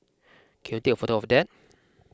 can you take a photo of that